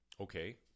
Okay